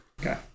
Okay